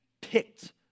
picked